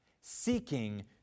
seeking